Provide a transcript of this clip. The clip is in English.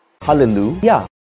Hallelujah